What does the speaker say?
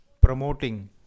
promoting